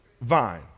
vine